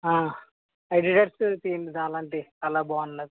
అడిడాస్వి తియ్యండి అలాంటివి అలా బాగున్నది